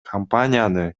компанияны